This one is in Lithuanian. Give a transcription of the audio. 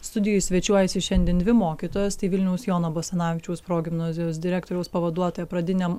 studijoj svečiuojasi šiandien dvi mokytojos tai vilniaus jono basanavičiaus progimnazijos direktoriaus pavaduotoja pradiniam